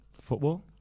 football